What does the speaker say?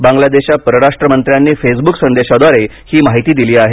बांग्लादेशच्या परराष्ट्र मंत्र्यांनी फेसब्क संदेशाद्वारे ही माहिती दिली आहे